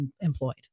employed